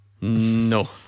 No